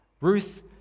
Ruth